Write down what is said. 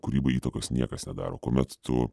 kūrybai įtakos niekas nedaro kuomet tu